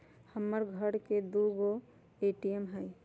हमर घर के लगे दू गो ए.टी.एम हइ